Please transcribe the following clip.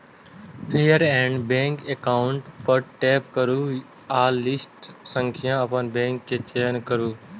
फेर add bank account पर tap करू आ लिस्ट सं अपन बैंक के चयन करू